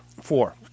four